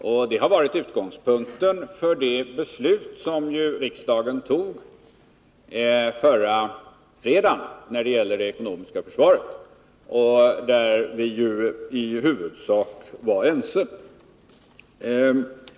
Och det har varit utgångspunkten för det beslut som riksdagen fattade i fredags när det gäller det ekonomiska försvaret och där vi ju i huvudsak var ense.